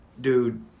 Dude